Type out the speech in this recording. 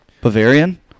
Bavarian